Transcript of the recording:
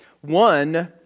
One